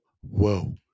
whoa